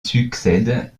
succède